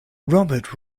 robert